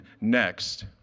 next